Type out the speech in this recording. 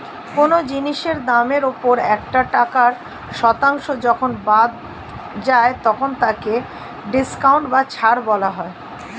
কোন জিনিসের দামের ওপর একটা টাকার শতাংশ যখন বাদ যায় তখন তাকে ডিসকাউন্ট বা ছাড় বলা হয়